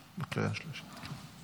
חוק לתיקון פקודת בתי הסוהר (הוראת שעה),